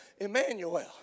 Emmanuel